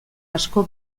asko